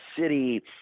city